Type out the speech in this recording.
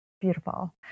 Beautiful